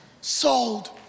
sold